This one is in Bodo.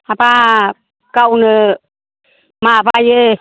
हाबाब गावनो माबायो